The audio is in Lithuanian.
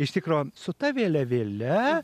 iš tikro su ta vėliavėle